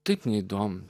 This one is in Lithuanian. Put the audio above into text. taip neįdomu